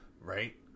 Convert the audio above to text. Right